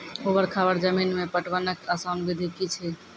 ऊवर खाबड़ जमीन मे पटवनक आसान विधि की ऐछि?